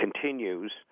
continues